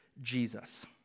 jesus